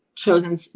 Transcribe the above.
chosen